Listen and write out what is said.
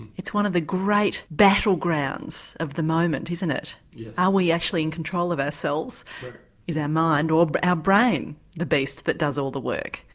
it's one of the great battlegrounds of the moment isn't it are yeah ah we actually in control of ourselves is our mind or our brain the beast that does all the work?